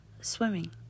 swimming